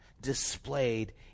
displayed